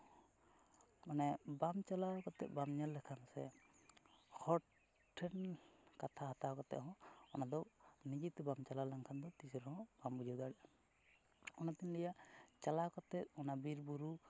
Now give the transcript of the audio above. ᱢᱟᱱᱮ ᱵᱟᱢ ᱪᱟᱞᱟᱣ ᱠᱟᱛᱮᱫ ᱵᱟᱢ ᱧᱮᱞ ᱞᱮᱠᱷᱟᱱ ᱥᱮ ᱦᱚᱲ ᱴᱷᱮᱱ ᱠᱟᱛᱷᱟ ᱦᱟᱛᱟᱣ ᱠᱟᱛᱮᱫ ᱦᱚᱸ ᱚᱱᱟ ᱫᱚ ᱱᱤᱡᱮ ᱛᱮ ᱵᱟᱢ ᱪᱟᱞᱟᱣ ᱞᱮᱱᱠᱷᱟᱱ ᱫᱚ ᱛᱤᱥ ᱨᱮᱦᱚᱸ ᱵᱟᱢ ᱵᱩᱡᱷᱟᱹᱣ ᱫᱟᱲᱮᱭᱟᱜᱼᱟ ᱚᱱᱟᱛᱤᱧ ᱞᱟᱹᱭᱟ ᱪᱟᱞᱟᱣ ᱠᱟᱛᱮᱫ ᱚᱱᱟ ᱵᱤᱨ ᱵᱩᱨᱩ